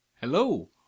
Hello